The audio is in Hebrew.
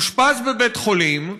ואושפז בבית חולים.